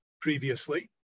previously